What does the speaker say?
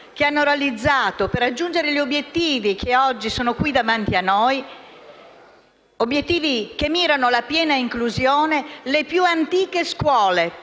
meritoria realizzata per raggiungere gli obiettivi che oggi sono qui davanti a noi e che mirano alla piena inclusione dalle più antiche scuole